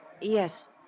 Yes